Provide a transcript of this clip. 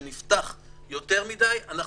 אם יש ערים שלקחו את עצמן בידיים, והבינו,